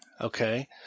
okay